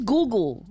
Google